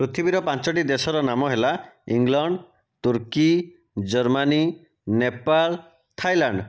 ପୃଥିବୀର ପାଞ୍ଚୋଟି ଦେଶର ନାମ ହେଲା ଇଂଲଣ୍ଡ ତୁର୍କୀ ଜର୍ମାନୀ ନେପାଳ ଥାଇଲ୍ୟାଣ୍ଡ